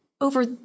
over